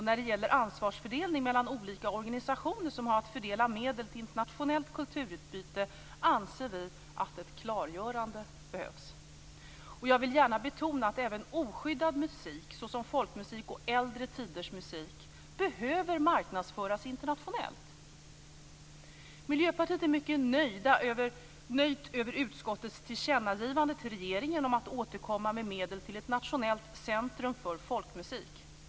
När det gäller ansvarsfördelning mellan olika organisationer som har att fördela medel till internationellt kulturutbyte anser vi att ett klargörande behövs. Jag vill gärna betona att även oskyddad musik, såsom folkmusik och äldre tiders musik, behöver marknadsföras internationellt. Miljöpartiet är mycket nöjt med utskottets tillkännagivande till regeringen om att återkomma med medel till ett nationellt centrum för folkmusik.